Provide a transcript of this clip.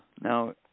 now